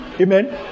Amen